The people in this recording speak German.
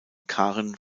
karen